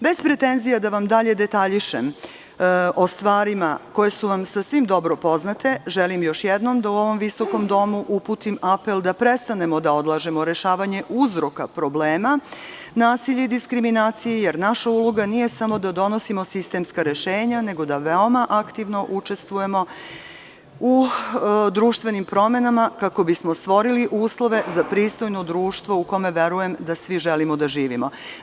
Bez pretenzija da vam dalje detaljišem o stvarima koje su vam sasvim dobro poznate, želim još jednom da u ovom visokom domu uputim apel da prestanemo da odlažemo rešavanje uzroka problema, nasilja i diskriminacije, jer naša uloga nije samo da donosimo sistemska rešenja, nego da veoma aktivno učestvujemo u društvenim promenama kako bismo stvorili uslove za pristojno društvo u kome verujem da svi želimo da živimo.